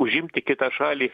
užimti kitą šalį